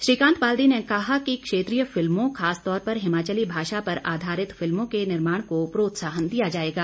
श्रीकांत बाल्दी ने कहा कि क्षेत्रीय फिल्मों खासतौर पर हिमाचली भाषा पर आधारित फिल्मों के निर्माण को प्रोत्साहन दिया जाएगा